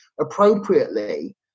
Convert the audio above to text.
appropriately